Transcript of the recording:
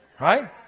Right